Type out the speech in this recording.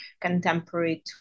contemporary